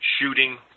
shooting